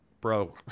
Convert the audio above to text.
bro